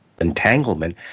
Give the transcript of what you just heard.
entanglement